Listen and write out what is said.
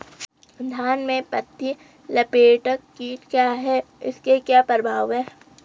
धान में पत्ती लपेटक कीट क्या है इसके क्या प्रभाव हैं?